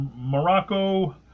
Morocco